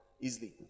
easily